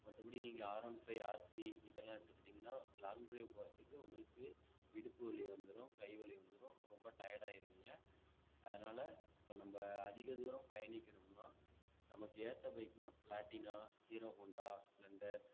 மற்றபடி நீங்கள் R one five RC இதெல்லாம் எடுத்துக்கிட்டீங்கன்னால் லாங் ட்ரைவ் போகிறதுக்கு உங்களுக்கு இடுப்பு வலி வந்துடும் கை வலி வந்துடும் ரொம்ப டயர்ட் ஆயிடுவீங்க அதனால் இப்போ நம்ம அதிக தூரம் பயணிக்கணும்னால் நமக்கு ஏற்ற பைக்குனால் ப்ளாட்டினா ஹீரோ ஹோண்டா ஸ்ப்ளெண்டர்